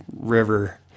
River